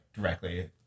directly